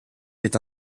est